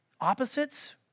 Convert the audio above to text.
opposites